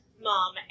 mom